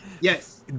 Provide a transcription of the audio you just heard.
yes